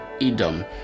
Edom